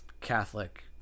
Catholic